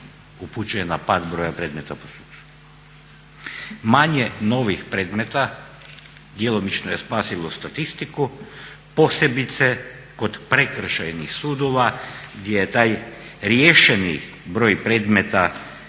upućuje na pad broja predmeta po sucu. Manje novih predmeta djelomično je spasilo statistiku, posebice kod prekršajnih sudova gdje je taj riješenih broj predmeta